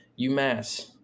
UMass